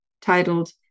titled